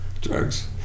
drugs